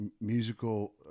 musical